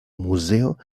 muzeo